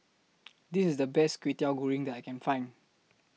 This IS The Best Kwetiau Goreng that I Can Find